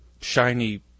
shiny